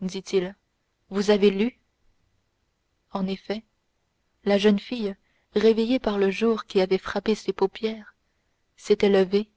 dit-il vous avez lu en effet la jeune femme réveillée par le jour qui avait frappé ses paupières s'était levée